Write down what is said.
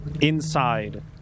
inside